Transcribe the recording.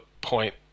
point